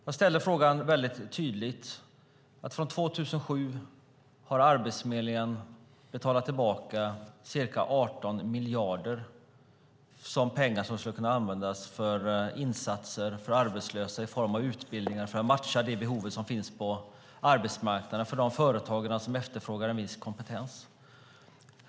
Jag ställde väldigt tydligt en fråga om att från 2007 har Arbetsförmedlingen betalat tillbaka ca 18 miljarder, pengar som skulle ha kunnat användas till insatser för arbetslösa i form av utbildningar för att matcha de behov som finns på arbetsmarknaden, för de företag som efterfrågar en viss kompetens.